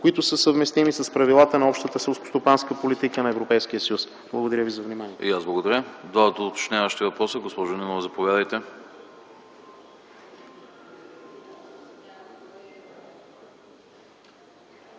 които са съвместими с правилата на общата селскостопанска политика на Европейския съюз. Благодаря ви за вниманието.